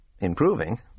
Improving